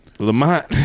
Lamont